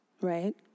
right